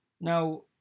Now